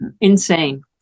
Insane